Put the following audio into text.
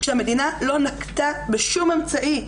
כשהמדינה לא נקטה בשום אמצעי,